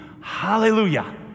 hallelujah